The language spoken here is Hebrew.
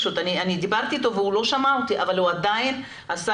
אני דיברתי איתו והוא לא שמע אותי אבל הוא עדיין עשה